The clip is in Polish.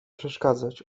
przeszkadzać